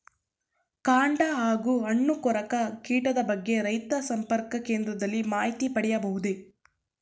ಕಾಂಡ ಹಾಗೂ ಹಣ್ಣು ಕೊರಕ ಕೀಟದ ಬಗ್ಗೆ ರೈತ ಸಂಪರ್ಕ ಕೇಂದ್ರದಲ್ಲಿ ಮಾಹಿತಿ ಪಡೆಯಬಹುದೇ?